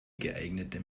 geeignete